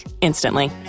instantly